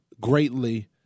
greatly